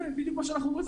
בדיוק מה שאנחנו רוצים.